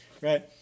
right